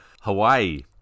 Hawaii